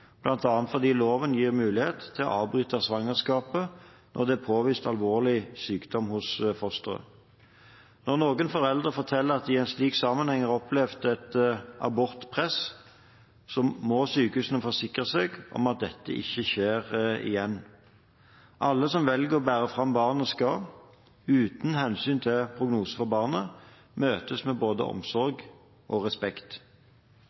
fordi loven gir mulighet til å avbryte svangerskapet når det er påvist alvorlig sykdom hos fosteret. Når noen foreldre forteller at de i en slik sammenheng har opplevd et abortpress, må sykehusene forsikre seg om at dette ikke skjer igjen. Alle som velger å bære fram barnet, skal – uten hensyn til prognosene for barnet – møtes med både omsorg og respekt.